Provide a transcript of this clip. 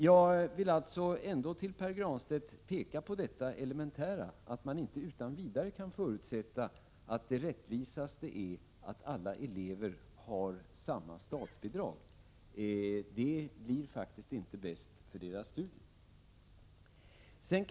Jag vill alltså för Pär Granstedt framhålla detta elementära faktum att man inte utan vidare kan förutsätta att det rättvisaste är att alla elever får samma statsbidrag. Det blir faktiskt inte bäst för deras studier.